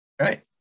Right